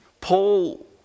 Paul